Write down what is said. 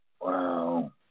Wow